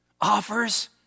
offers